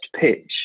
pitch